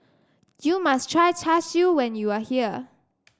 you must try Char Siu when you are here